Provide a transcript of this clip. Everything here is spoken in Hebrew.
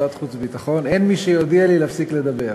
ועדת החוץ והביטחון: אין מי שיודיע לי להפסיק לדבר.